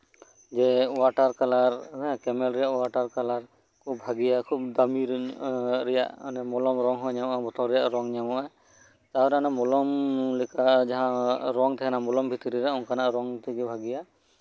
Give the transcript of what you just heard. ᱡᱮ water colour Camel ᱨᱮᱭᱟᱜ water colour ᱠᱷᱩᱵᱽ ᱵᱷᱟᱹᱜᱮᱹᱭᱟ ᱠᱷᱩᱵᱽ ᱫᱟᱹᱢᱤ ᱨᱮᱭᱟᱜ ᱢᱚᱞᱚᱝ ᱨᱚᱝ ᱦᱚᱸ ᱧᱟᱢᱚᱜᱼᱟ ᱵᱚᱛᱚᱞ ᱨᱮᱭᱟᱜ ᱨᱚᱝ ᱦᱚᱸ ᱧᱟᱢᱚᱜᱼᱟ ᱟᱨ ᱚᱱᱟ ᱢᱚᱞᱚᱝ ᱞᱮᱠᱟᱱᱟᱜ ᱡᱟᱦᱟᱸ ᱨᱚᱝ ᱛᱟᱦᱮᱱᱟ ᱢᱚᱞᱚᱝᱼ ᱵᱷᱤᱛᱨᱤ ᱨᱮ ᱚᱱᱠᱟᱱᱟᱜ ᱨᱚᱝ ᱛᱮᱜᱮ ᱵᱷᱟᱹᱜᱮᱹᱭᱟ